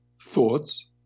thoughts